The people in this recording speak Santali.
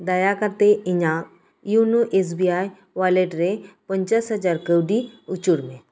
ᱫᱟᱭᱟ ᱠᱟᱛᱮᱫ ᱤᱧᱟᱜ YONO S B I wallet ᱨᱮ ᱯᱚᱸᱧᱪᱟᱥ ᱦᱟᱡᱟᱨ ᱠᱟᱣᱰᱤ ᱩᱪᱟᱹᱲ ᱢᱮ